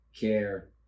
care